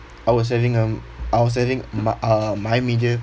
I was having um I was having m~ uh my major